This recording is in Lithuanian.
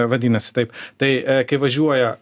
vadinasi taip tai kai važiuoja